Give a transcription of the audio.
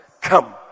Come